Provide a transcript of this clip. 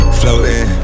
floating